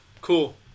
Cool